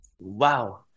Wow